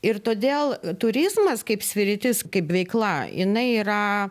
ir todėl turizmas kaip sritis kaip veikla jinai yra